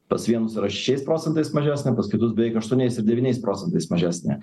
pas vienus yra šešiais procentais mažesnė pas kitus beveik aštuoniais ar devyniais procentais mažesnė